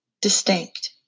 distinct